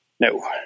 No